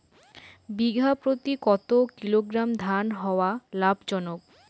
বিঘা প্রতি কতো কিলোগ্রাম ধান হওয়া লাভজনক?